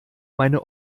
meine